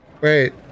Wait